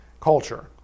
culture